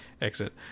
exit